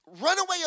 runaway